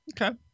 okay